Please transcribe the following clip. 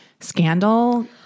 Scandal